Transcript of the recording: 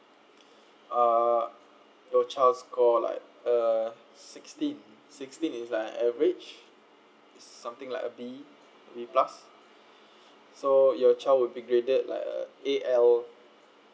uh your child's score like uh sixteen sixteen is like an average something like a B B plus so your child would be graded like uh A_L